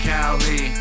Cali